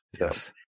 Yes